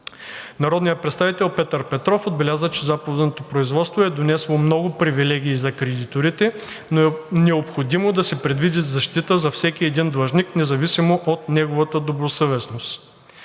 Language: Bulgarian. Народният представител Петър Петров отбеляза, че заповедното производство е донесло много привилегии за кредиторите, но е необходимо да се предвиди защита на всеки един длъжник, независимо от неговата добросъвестност.